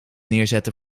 neerzetten